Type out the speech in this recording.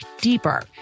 deeper